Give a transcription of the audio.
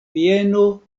vieno